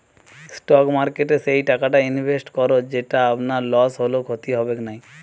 stock মার্কেটে সেই টাকাটা ইনভেস্ট করো যেটো আপনার লস হলেও ক্ষতি হবেক নাই